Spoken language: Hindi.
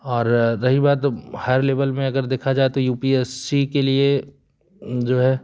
और रही बात हाइयर लेवल में अगर देखा जाए तो यू पी एस सी के लिए जो है